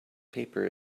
paper